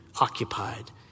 occupied